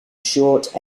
short